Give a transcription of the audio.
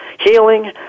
healing